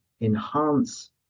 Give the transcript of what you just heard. enhance